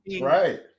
Right